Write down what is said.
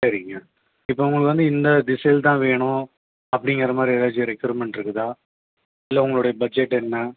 சரிங்க இப்போ உங்களுக்கு வந்து இந்த திசையில் தான் வேணும் அப்படிங்கிற மாதிரி ஏதாச்சும் ரெக்யூர்மெண்ட் இருக்குதா இல்லை உங்களுடைய பட்ஜெட் என்ன